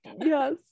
Yes